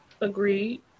Agreed